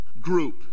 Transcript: group